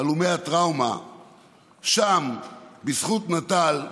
הלומי הטראומה, שם, בזכות נט"ל,